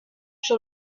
sur